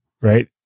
right